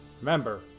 Remember